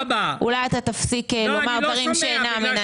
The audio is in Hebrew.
אולי אתה תפסיק לומר דברים שאינם מן האמת.